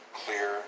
clear